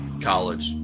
college